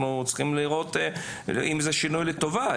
אנחנו צריכים לראות האם זה שינוי לטובה,